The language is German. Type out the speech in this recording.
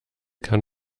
kann